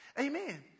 Amen